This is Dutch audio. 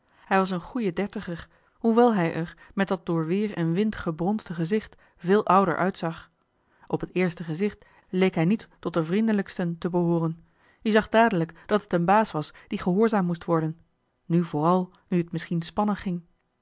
hij was een goeie dertiger hoewel hij er met dat door weer en wind gebronsde gezicht veel ouder uitzag op t eerste gezicht leek hij niet tot de vriendelijksten te behooren je zag dadelijk dat het een baas was die gehoorzaamd moest worden nu vooral nu t misschien spannen ging